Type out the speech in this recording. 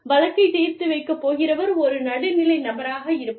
வழக்கைத் தீர்த்து வைக்கப் போகிறவர் ஒரு நடுநிலை நபராக இருப்பவர்